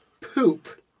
poop